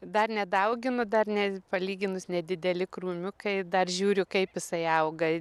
dar nedauginu dar ne palyginus nedideli krūmiukai dar žiūriu kaip jisai auga